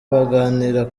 baganira